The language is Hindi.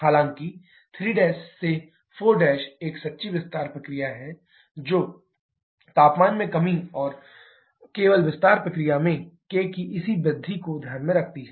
हालाँकि 3 से 4 एक सच्ची विस्तार प्रक्रिया है जो तापमान में कमी और केवल विस्तार प्रक्रिया में k की इसी वृद्धि को ध्यान में रखती है